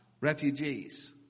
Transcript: refugees